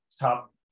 top